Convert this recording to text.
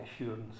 assurance